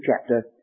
chapter